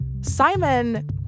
Simon